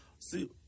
See